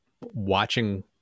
watching